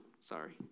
Sorry